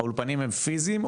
האולפנים הם פיזיים,